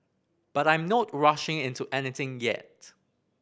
but I'm not rushing into anything yet